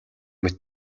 мэт